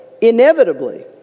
inevitably